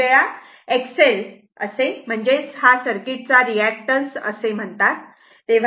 काही वेळा XL म्हणजेच सर्किट चा असे म्हणतात